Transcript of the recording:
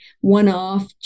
one-off